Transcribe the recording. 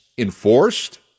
enforced